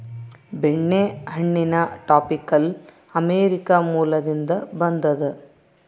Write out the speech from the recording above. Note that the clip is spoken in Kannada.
ಬೆಣ್ಣೆಹಣ್ಣಿನ ಟಾಪಿಕಲ್ ಅಮೇರಿಕ ಮೂಲದಿಂದ ಬಂದದ